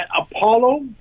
Apollo